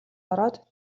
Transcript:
ороод